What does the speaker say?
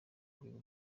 rwego